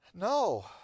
No